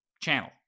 channel